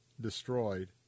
destroyed